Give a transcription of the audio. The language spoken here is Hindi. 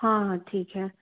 हाँ हाँ ठीक है